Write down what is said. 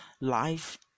Life